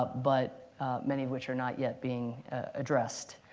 but but many of which are not yet being addressed.